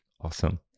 Awesome